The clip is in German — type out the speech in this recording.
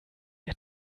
ihr